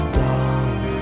gone